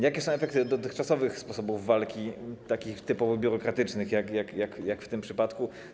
Jakie są efekty dotychczasowych sposobów walki takich typowo biurokratycznych jak w tym przypadku?